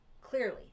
clearly